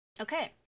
Okay